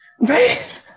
right